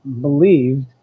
believed